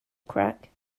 crack